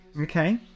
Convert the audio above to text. Okay